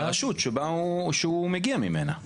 הוא מייצג את הרשות שהוא מגיע ממנה.